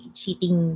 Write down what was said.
cheating